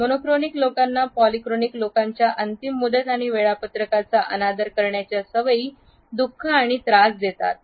mono chronic लोकांना polychronic लोकांच्या अंतिम मुदत आणि वेळापत्रकाचा अनादर करण्याच्या सवयी दुःख आणि त्रास होतो